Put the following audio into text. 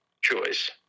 choice